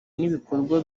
n’ibikorwa